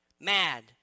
mad